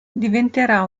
diventerà